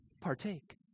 Partake